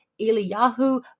Eliyahu